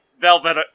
Velvet